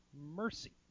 mercy